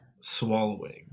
Swallowing